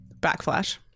Backflash